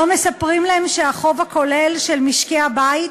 לא מספרים להם שהחוב הכולל של משקי הבית